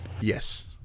Yes